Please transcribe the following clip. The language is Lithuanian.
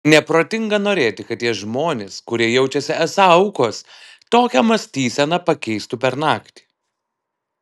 neprotinga norėti kad tie žmonės kurie jaučiasi esą aukos tokią mąstyseną pakeistų per naktį